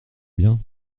bien